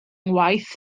ngwaith